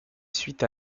suite